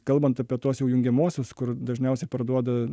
kalbant apie tuos jau jungiamuosius kur dažniausiai parduoda